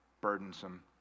burdensome